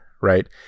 right